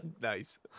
Nice